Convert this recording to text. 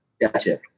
gotcha